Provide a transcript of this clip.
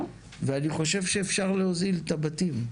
ואני חושב שאפשר להוזיל את הבתים,